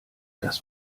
das